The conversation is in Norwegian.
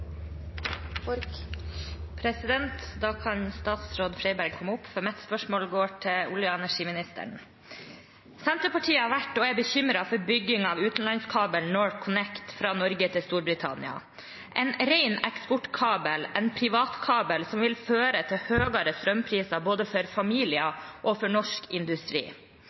hovedspørsmål. Da kan statsråd Freiberg komme opp, for mitt spørsmål går til olje- og energiministeren. Senterpartiet har vært og er bekymret for bygging av utenlandskabelen Northconnect fra Norge til Storbritannia, en ren eksportkabel, en privat kabel som vil føre til høyere strømpriser både for familier og for norsk industri.